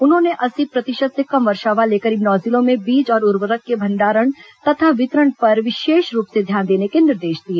उन्होंने अस्सी प्रतिशत से कम वर्षा वाले करीब नौ जिलों में बीज और उर्वरक के भण्डारण तथा वितरण पर विशेष रूप से ध्यान देने के निर्देश दिए